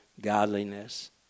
godliness